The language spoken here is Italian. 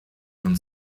non